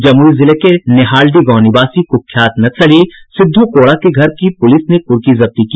जमुई जिले के नेहालडीह गांव निवासी कुख्यात नक्सली कमांडर सिद्धू कोड़ा के घर की पुलिस ने कुर्की जब्ती की